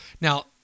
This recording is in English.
Now